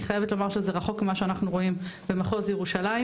אני חייבת לומר שזה רחוק ממה שאנחנו רואים במחוז ירושלים,